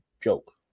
joke